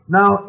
now